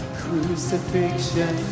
crucifixion